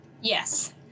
Yes